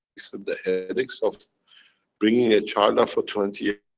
sort of the headaches of bringing a child up for twenty